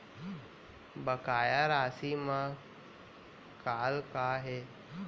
बकाया राशि मा कॉल का हे?